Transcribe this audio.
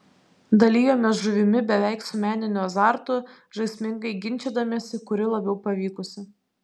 dalijomės žuvimi beveik su meniniu azartu žaismingai ginčydamiesi kuri labiau pavykusi